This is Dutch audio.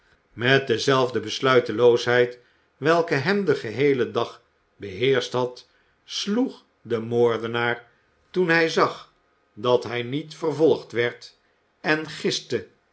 met dezelfde besluiteloosheid welke hem den geheelen dag beheerscht had sloeg de moordenaar toen hij zag dat hij niet vervolgd werd en giste